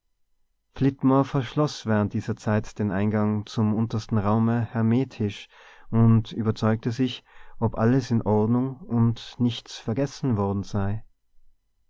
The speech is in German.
verschloß während dieser zeit den eingang zum untersten raume hermetisch und überzeugte sich ob alles in ordnung und nichts vergessen worden sei